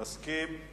מסכים.